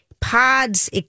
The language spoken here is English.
pods